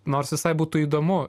nors visai būtų įdomu